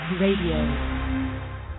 Radio